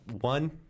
One